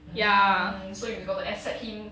mm so you got to accept him